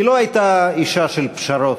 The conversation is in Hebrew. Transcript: היא לא הייתה אישה של פשרות,